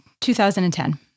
2010